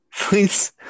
Please